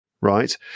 right